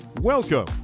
Welcome